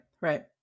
Right